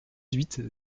huit